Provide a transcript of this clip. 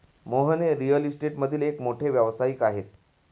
मोहन हे रिअल इस्टेटमधील एक मोठे व्यावसायिक आहेत